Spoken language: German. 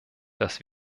dass